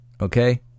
Okay